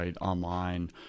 online